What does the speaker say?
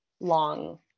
long